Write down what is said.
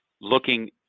looking